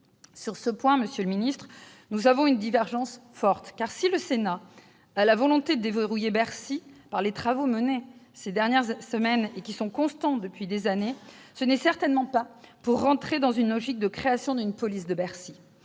Sur ce point, monsieur le ministre, nous avons une divergence forte : si le Sénat a montré sa volonté de « déverrouiller Bercy » dans ses travaux menés au cours des dernières semaines- sa position est d'ailleurs constante depuis des années -, ce n'est certainement pas pour entrer dans une logique de création d'une police de Bercy